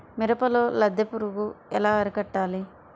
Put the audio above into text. మిరపలో లద్దె పురుగు ఎలా అరికట్టాలి?